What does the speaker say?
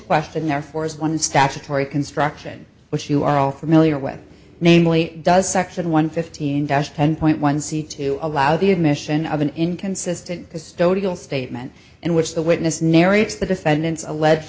question therefore is one of statutory construction which you are all familiar with namely it does section one fifteen dash ten point one see to allow the admission of an inconsistent because total statement in which the witness narrates the defendant's alleged